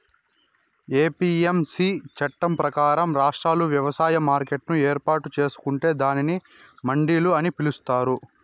APMC చట్టం ప్రకారం, రాష్ట్రాలు వ్యవసాయ మార్కెట్లను ఏర్పాటు చేసుకొంటే దానిని మండిలు అని పిలుత్తారు